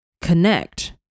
connect